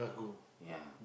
yeah